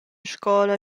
scola